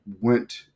went